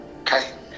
okay